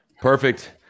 Perfect